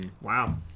wow